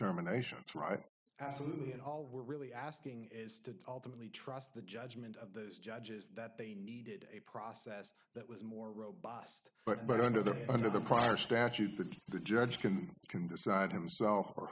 determinations right absolutely and all we're really asking is to ultimately trust the judgment of those judges that they needed a process that was more robust but under the bonnet of the prior statute that the judge can can decide himself or